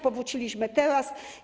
Powróciliśmy teraz.